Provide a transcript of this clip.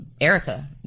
Erica